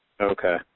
Okay